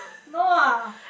no ah